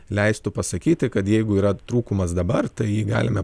leistų pasakyti kad jeigu yra trūkumas dabar tai galime